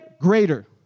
greater